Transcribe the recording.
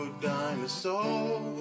dinosaurs